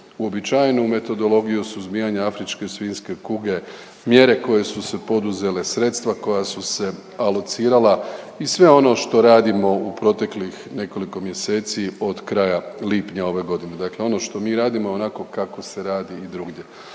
uobičajenu metodologiju suzbijanja afričke svinjske kuge, mjere koje su se poduzele, sredstva koja su se alocirala i sve ono što radimo u proteklih nekoliko mjeseci od kraja lipnja ove godine. Dakle, ono što mi radimo je onako kako se radi i drugdje.